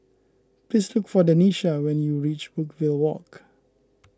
please look for Denisha when you reach Brookvale Walk